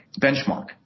benchmark